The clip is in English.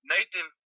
Nathan